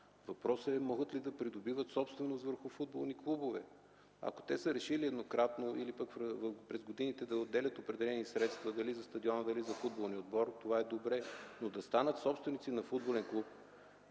Въпросът е могат ли да придобиват собственост върху футболни клубове? Ако те са решили еднократно, или пък през годините да отделят определени средства дали за стадиона, дали за футболния отбор – това е добре. Но да станат собственици на футболен клуб?